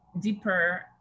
deeper